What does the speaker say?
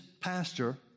pastor